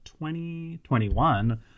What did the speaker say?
2021